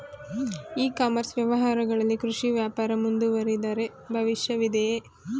E commerce ವ್ಯವಹಾರಗಳಲ್ಲಿ ಕೃಷಿ ವ್ಯಾಪಾರ ಮುಂದುವರಿದರೆ ಭವಿಷ್ಯವಿದೆಯೇ?